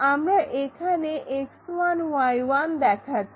আমরা এখানে X1Y1 দেখাচ্ছি